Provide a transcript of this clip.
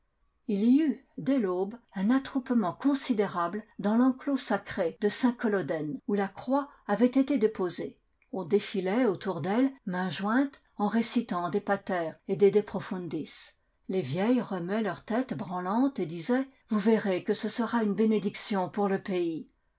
eut dès l'aube un attroupement considérable dans l'enclos sacré de saint colloden où la croix avait été dépo sée on défilait autour d'elle mains jointes en récitant des pater et des de profundis les vieilles remuaient leur tête branlante et disaient vous verrez que ce sera une bénédiction pour le pays